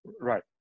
Right